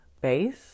base